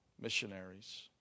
missionaries